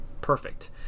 Perfect